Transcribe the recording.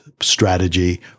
strategy